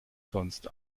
sonst